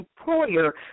employer